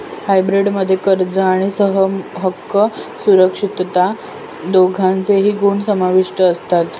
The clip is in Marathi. हायब्रीड मध्ये कर्ज आणि समहक्क सुरक्षितता दोघांचेही गुण समाविष्ट असतात